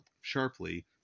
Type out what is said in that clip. sharply